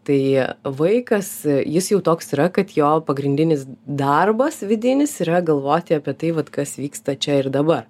tai vaikas jis jau toks yra kad jo pagrindinis darbas vidinis yra galvoti apie tai vat kas vyksta čia ir dabar